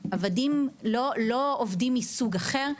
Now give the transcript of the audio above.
עבדים, לא עובדים מסוג אחר.